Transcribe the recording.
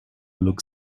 look